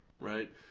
right